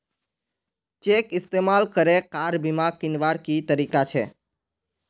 Cheque इस्तेमाल करे car बीमा कीन्वार की तरीका छे?